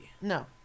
No